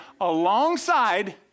alongside